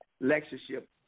lectureship